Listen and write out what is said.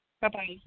Bye-bye